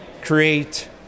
create